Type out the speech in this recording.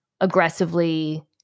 aggressively